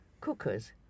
cookers